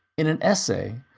in an essay,